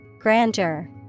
Grandeur